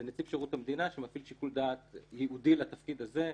זה נציב שירות המדינה שמפעיל שיקול דעת ייחודי לתפקיד הזה.